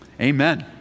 Amen